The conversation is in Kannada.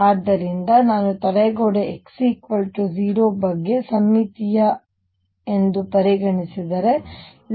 ಆದ್ದರಿಂದ ನಾನು ತಡೆ ಗೋಡೆ x 0 ಬಗ್ಗೆ ಸಮ್ಮಿತೀಯ ಎಂದು ಪರಿಗಣಿಸಿದರೆ ಇದು a2 ಇದು a2